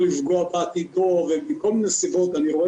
לא לפגוע בעתידו ומכל מיני סיבות אני רואה